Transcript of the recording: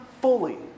fully